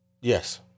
yes